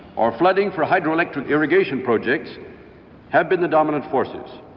or flooding for hydroelectric irrigation projects have been the dominant forces.